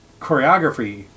choreography